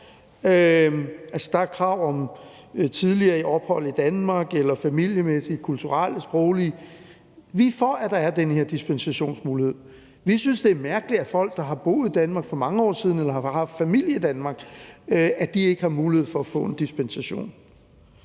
der er krav om tidligere ophold i Danmark eller familiemæssig, kulturel eller sproglig tilknytning. Vi er for, at der er den her dispensationsmulighed. Vi synes, det er mærkeligt, at folk, der har boet i Danmark for mange år siden eller har haft familie i Danmark, ikke har mulighed for at få en dispensation.